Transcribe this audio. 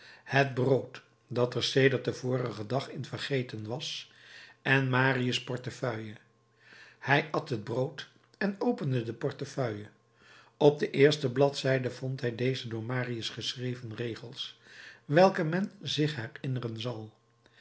het brood dat er sedert den vorigen dag in vergeten was en marius portefeuille hij at het brood en opende de portefeuille op de eerste bladzijde vond hij deze door marius geschreven regels welke men zich herinneren zal